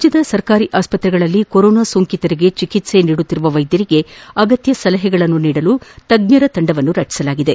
ರಾಜ್ಯದ ಸರ್ಕಾರಿ ಆಸ್ತ್ರೆಗಳಲ್ಲಿ ಕೊರೊನಾ ಸೋಂಕಿತರಿಗೆ ಚಿಕಿತ್ತೆ ನೀಡುತ್ತಿರುವ ವೈದ್ಯರಿಗೆ ಅಗತ್ನ ಸಲಹೆ ನೀಡಲು ತಜ್ಜರ ತಂಡವನ್ನು ರಚಿಸಲಾಗಿದೆ